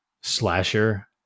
slasher